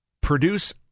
produce